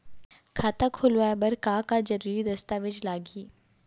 खाता खोलवाय बर का का जरूरी दस्तावेज लागही?